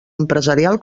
empresarial